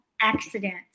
accidents